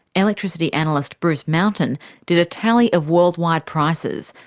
electricity analyst bruce mountain did a tally of worldwide prices,